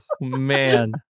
man